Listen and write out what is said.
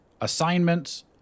assignments